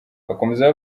bakomeza